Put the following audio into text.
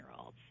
olds